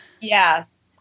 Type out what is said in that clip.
Yes